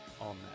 on